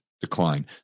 decline